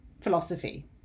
philosophy